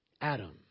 Adam